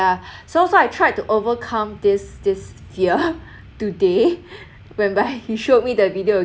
yeah so so I tried to overcome this this fear today whereby he showed me the video